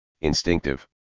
instinctive